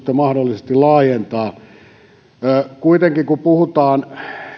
mahdollisesti laajentaa kuitenkin kun puhutaan ensihoitotehtävää